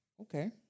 Okay